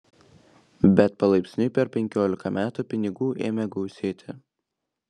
bet palaipsniui per penkiolika metų pinigų ėmė gausėti